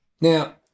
Now